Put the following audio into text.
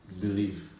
believe